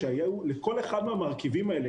בתקופת הקורונה,